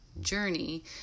journey